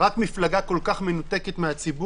שהממשלה המפורקת הזאת